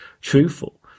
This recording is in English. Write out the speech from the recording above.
truthful